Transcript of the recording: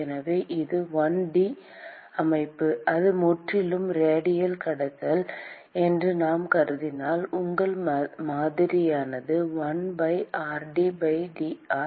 எனவே இது 1 D அமைப்பு அது முற்றிலும் ரேடியல் கடத்தல் என்று நாம் கருதினால் உங்கள் மாதிரியானது 1 by rd by dr